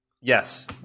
Yes